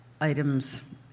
items